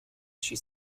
she